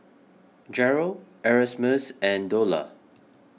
Jeryl Erasmus and Dola